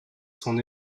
son